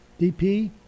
DP